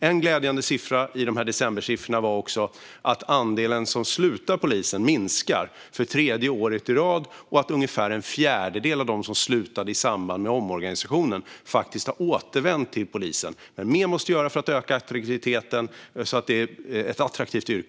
En glädjande siffra i decembersiffrorna var också att andelen som slutar hos polisen minskar för tredje året i rad och att ungefär en fjärdedel av dem som slutade i samband med omorganisationen faktiskt har återvänt. Mer måste dock göras för att öka attraktiviteten, så att polis är ett attraktivt yrke.